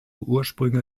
ursprünge